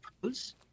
pros